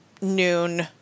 noon